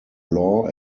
law